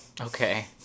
Okay